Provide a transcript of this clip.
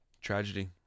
Tragedy